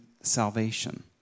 salvation